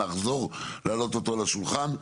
לחזור להעלות אותו על השולחן,